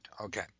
Okay